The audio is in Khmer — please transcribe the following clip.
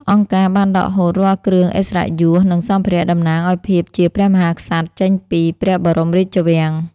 អង្គការបានដកហូតរាល់គ្រឿងឥស្សរិយយស និងសម្ភារៈតំណាងឱ្យភាពជាព្រះមហាក្សត្រចេញពីព្រះបរមរាជវាំង។